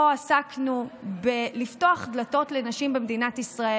עסקנו פה בלפתוח דלתות לנשים במדינת ישראל.